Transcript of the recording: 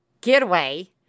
getaway